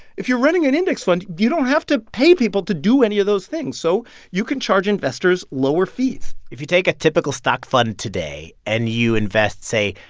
if you're running an index fund, you don't have to pay people to do any of those things, so you can charge investors lower fees if you take a typical stock fund today and you invest, say,